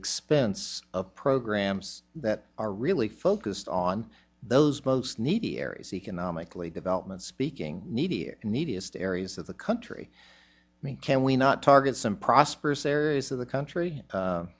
expense of programs that are really focused on those most needy areas economically development speaking needy and neediest areas of the tree me can we not target some prosperous areas of the country